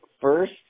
first